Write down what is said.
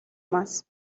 más